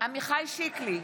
עמיחי שיקלי,